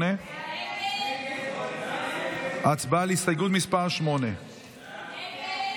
8. הצבעה על הסתייגות מס' 8. הסתייגות 8 לא נתקבלה.